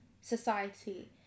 society